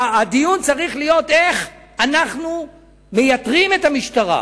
הדיון צריך להיות איך אנחנו מייתרים את המשטרה,